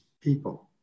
people